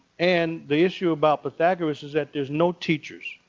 and the issue about pythagoras is that there's no teachers.